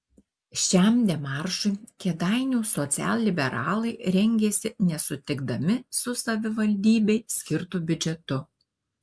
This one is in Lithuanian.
šiam demaršui kėdainių socialliberalai rengėsi nesutikdami su savivaldybei skirtu biudžetu